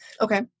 Okay